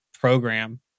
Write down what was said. program